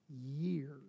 years